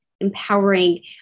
empowering